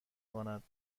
کند